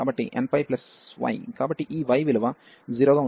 కాబట్టి ఈ y విలువ 0 గా ఉంటుంది